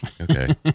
Okay